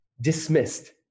dismissed